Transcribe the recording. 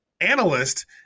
analyst